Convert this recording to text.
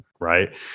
right